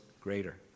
greater